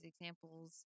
examples